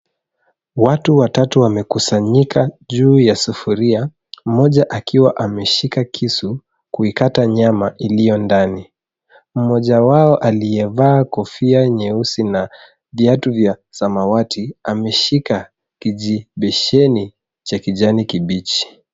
Watu watatu wamekusanyika juu ya sufuria, mmoja akiwa ameshika kisu kuikata nyama iliyo ndani. Mmoja wao aliyevaa kofia nyeusi na viatu vya samawati ameshika kijibesheni cha kijani kibichi.